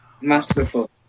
Masterful